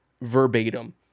verbatim